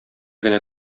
генә